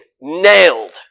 nailed